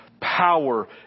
Power